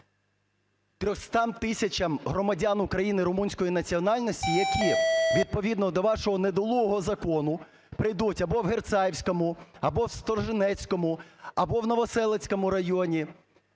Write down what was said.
300 тисячам громадян України румунської національності, які відповідно до вашого недолугого закону прийдуть або в Герцаївському, або в Сторожинецькому, або в Новоселицькому районі,